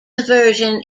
aversion